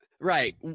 right